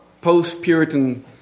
post-Puritan